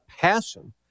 passion